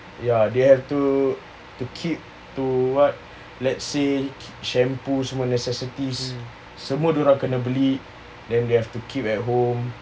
ya they have to to keep to what let's say shampoos necessities semua dorang kena beli then they have to keep at home